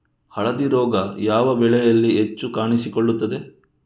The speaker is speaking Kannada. ಹಳದಿ ರೋಗ ಯಾವ ಬೆಳೆಯಲ್ಲಿ ಹೆಚ್ಚು ಕಾಣಿಸಿಕೊಳ್ಳುತ್ತದೆ?